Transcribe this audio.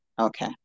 Okay